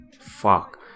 fuck